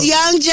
Young